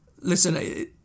listen